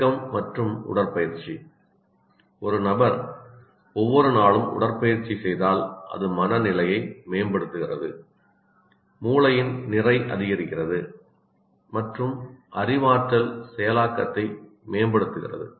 இயக்கம் மற்றும் உடற்பயிற்சி ஒரு நபர் ஒவ்வொரு நாளும் உடற்பயிற்சி செய்தால் அது மனநிலையை மேம்படுத்துகிறது மூளையின் நிறை அதிகரிக்கிறது மற்றும் அறிவாற்றல் செயலாக்கத்தை மேம்படுத்துகிறது